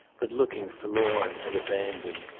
but looking forlorn and abandoned.